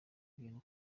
ibintu